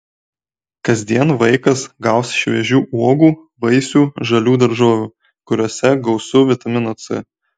kasdien vaikas gaus šviežių uogų vaisių žalių daržovių kuriose gausu vitamino c